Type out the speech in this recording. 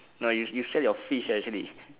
no you you sell your fish actually